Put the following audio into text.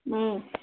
ம்